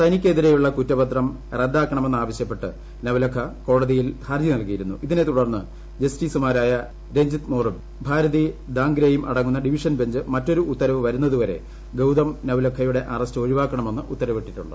തനിക്കെതിരെയുള്ള കുറ്റപത്രം റെട്ടാക്കണമെന്നാവശ്യപ്പെട്ട് നവ്ലഖ കോടതിയിൽ ഹർജി നൽകിയിരുന്നു ഇതിനെ തുടർന്ന് ജസ്റ്റിസുമാരായ രഞ്ജിത്ത്മോറും ഭാരതി ദാർഖ്യും അടങ്ങുന്ന ഡിവിഷൻ ബഞ്ച് മറ്റൊരു ഉത്തരവ് വരുന്നതുപരെ ഗൌതം നവ്ലഖയുടെ അറസ്റ്റ് ഒഴിവാക്കണമെന്ന് ഉത്തരപ്പിട്ടിട്ടുണ്ട്